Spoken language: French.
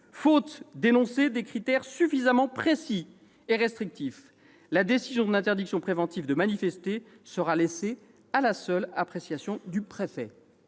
Faute d'énoncer des critères suffisamment précis et restrictifs, la décision d'interdiction préventive de manifester sera laissée à la seule appréciation du préfet.